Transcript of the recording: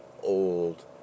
old